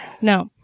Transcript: No